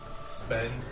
spend